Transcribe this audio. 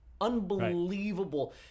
unbelievable